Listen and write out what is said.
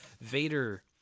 Vader